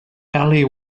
ellie